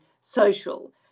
social